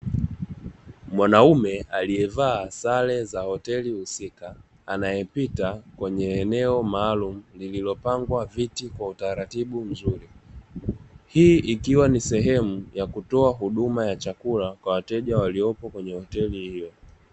Mwanaume aliyevaa sare za hoteli husika, anayepita kweye eneo maalumu lililopangwa viti kwa utaratibu mzuri. jii ikiwa ni sehemu ya kutoa huduma ya chakula kwa wateja waliopo kwenye hoteli hiyo.